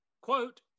quote